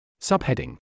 Subheading